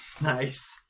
Nice